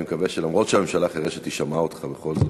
אני מקווה שלמרות שהממשלה חירשת היא שמעה אותך בכל זאת.